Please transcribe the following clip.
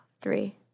Three